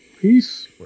Peace